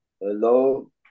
Hello